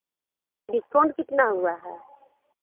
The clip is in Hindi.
डिस्काउन्ट कितना हुआ है